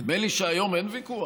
נדמה לי שהיום אין ויכוח,